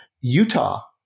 Utah